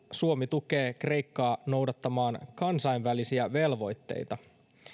suomi tukee kreikkaa noudattamaan kansainvälisiä velvoitteita